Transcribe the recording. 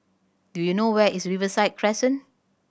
do you know where is Riverside Crescent